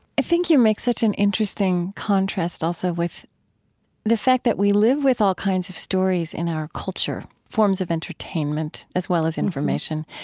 i think you make such an interesting contrast also with the fact that we live with all kinds of stories in our culture, forms of entertainment as well as information,